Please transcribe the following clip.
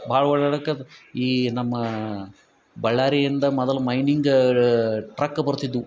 ಭಾಳ ಓಡಾಡಕ್ಕೆ ಈ ನಮ್ಮ ಬಳ್ಳಾರಿಯಿಂದ ಮೊದಲು ಮೈನಿಂಗ್ ಟ್ರಕ್ ಬರ್ತಿದ್ದವು